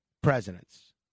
presidents